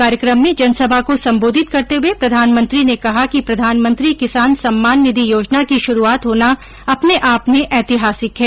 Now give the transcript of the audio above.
कार्यक्रम में जनसभा को सम्बोधित करते हुए प्रधानमंत्री ने कहा कि प्रधानमंत्री किसान सम्मान निधि योजना की शुरूआत होना अपने आप में ऐतिहासिक है